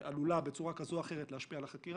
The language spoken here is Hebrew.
עלולה בצורה כזאת או אחרת להשפיע על החקירה,